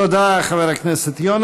תודה, חבר הכנסת יונה.